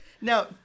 Now